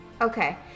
Okay